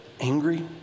angry